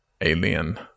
alien